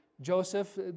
Joseph